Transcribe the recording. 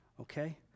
okay